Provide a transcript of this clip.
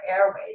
airways